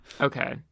Okay